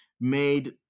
made